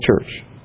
church